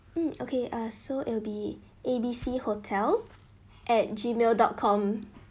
mm okay ah so it'll be A B C hotel at gmail dot com